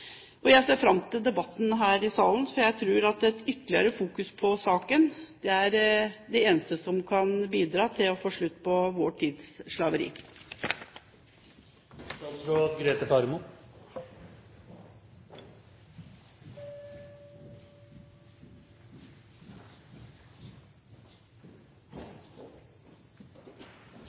Og jeg ser fram til debatten her i salen, for jeg tror at et ytterligere fokus på saken er det eneste som kan bidra til å få slutt på vår tids